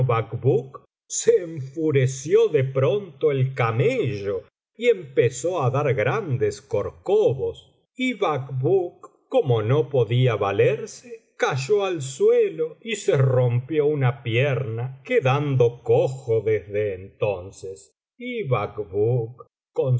enfureció de pronto el capaello y empezó á dar grandes corcovos y bacbuk como no podía vabiblioteca valenciana generalitat valenciana historia del jorobado h lerse cayó al suelo y se rompió una pierna quedando cojo desde entonces y bacbuk con